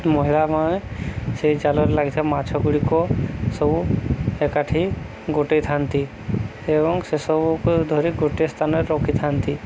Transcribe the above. ମହିଳାମାନେ ସେଇ ଜାଲରେ ଲାଗିଥିବା ମାଛ ଗୁଡ଼ିକ ସବୁ ଏକାଠି ଗୋଟେଇଥାନ୍ତି ଏବଂ ସେସବୁକୁ ଧରି ଗୋଟିଏ ସ୍ଥାନରେ ରଖିଥାନ୍ତି